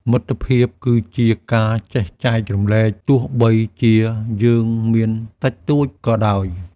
មិត្តភាពគឺជាការចេះចែករំលែកទោះបីជាយើងមានតិចតួចក៏ដោយ។